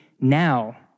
now